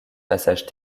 passages